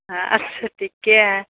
हँ अच्छा ठीके हँ